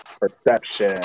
perception